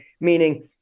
meaning